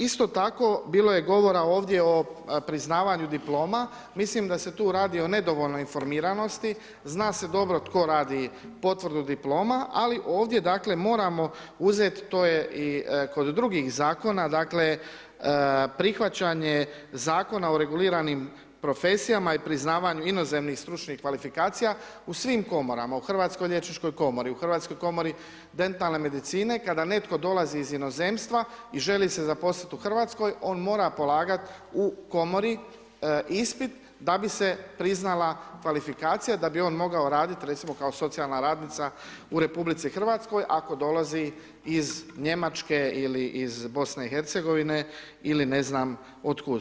Isto tako, bilo je govore ovdje o priznavanju diploma, mislim da se tu radi o nedovoljnoj informiranosti, zna se dobro tko radi potvrdu diploma ali ovdje dakle moramo uzet, to je i kod drugih zakona, dakle prihvaćanje Zakona o reguliranim profesijama i priznavanju inozemnih stručnih kvalifikacija u svim komorama, u Hrvatskoj liječničkoj komori, u Hrvatskoj komori dentalne medicine kada netko dolazi iz inozemstva i želi se zaposliti u Hrvatskoj, on mora polagat u komori ispit da bi se priznala kvalifikacija da bi on mogao radit recimo kao socijalna radnica u RH ako dolazi iz Njemačke ili BiH-a, ili ne znam otkud.